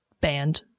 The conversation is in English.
band